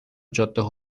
جاده